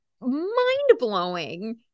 mind-blowing